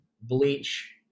bleach